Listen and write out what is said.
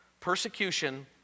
Persecution